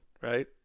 right